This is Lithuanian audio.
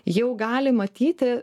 jau gali matyti